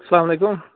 اَلسلامُ علیکُم